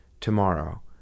tomorrow